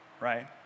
right